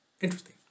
interesting